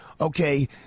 okay